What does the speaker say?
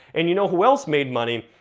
and you know who else made money?